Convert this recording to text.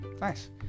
Nice